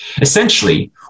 Essentially